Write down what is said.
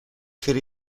could